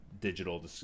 digital